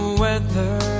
weather